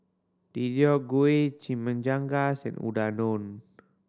Deodeok Gui Chimichangas and Unadon